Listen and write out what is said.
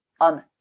on